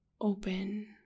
open